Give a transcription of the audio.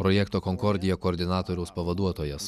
projekto konkordia koordinatoriaus pavaduotojas